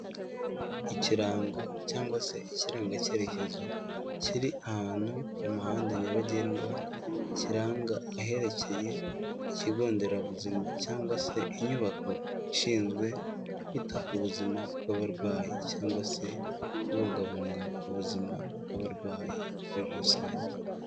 Ikirango cyangwa se ikiranga cyeyerekezo kiri ahantu mu muhanda nyabagendwa, kiranga aherekeye ikigo nderabuzima cyangwa se inyubako ishinzwe kwita ku buzima bw'abarwayi, cyangwa se kubungabunga ubuzima bw'abarwayi muri rusange.